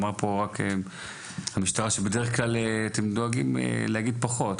ואמרה פה קודם המשטרה שבדרך כלל אתם דואגים להגיד פחות,